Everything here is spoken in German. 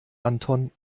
anton